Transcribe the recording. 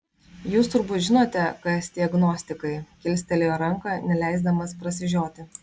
jūs turbūt žinote kas tie gnostikai kilstelėjo ranką neleisdamas prasižioti